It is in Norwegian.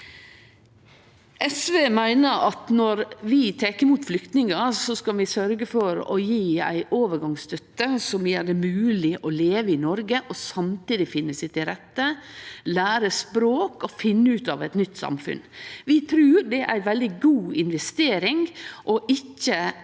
SV meiner at når vi tek imot flyktningar, skal vi sørgje for å gje ei overgangsstøtte som gjer det mogleg å leve i Noreg og samtidig finne seg til rette, lære språk og finne ut av eit nytt samfunn. Vi trur det er ei veldig god investering å ikkje